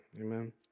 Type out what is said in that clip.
Amen